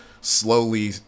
slowly